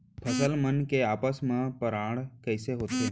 फसल मन के आपस मा परागण कइसे होथे?